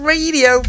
Radio